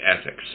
ethics